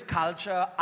culture